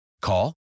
Call